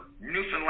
Newfoundland